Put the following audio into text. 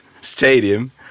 stadium